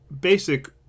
basic